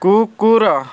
କୁକୁର